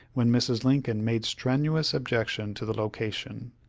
when mrs. lincoln made strenuous objection to the location.